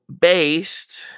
based